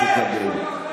תקבל.